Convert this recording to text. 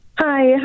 Hi